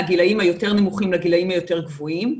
מהגילאים היותר נמוכים לגילאים היותר גבוהים.